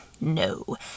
No